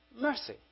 mercy